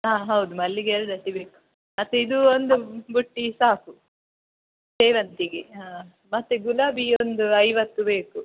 ಹಾಂ ಹೌದು ಮಲ್ಲಿಗೆ ಎರಡು ಅಟ್ಟಿ ಬೇಕು ಮತ್ತು ಇದು ಒಂದು ಬುಟ್ಟಿ ಸಾಕು ಸೇವಂತಿಗೆ ಹಾಂ ಮತ್ತು ಗುಲಾಬಿಯೊಂದು ಐವತ್ತು ಬೇಕು